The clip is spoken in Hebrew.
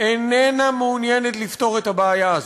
איננה מעוניינת לפתור את הבעיה הזאת.